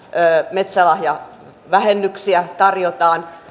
metsälahjavähennyksiä tarjotaan